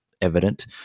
evident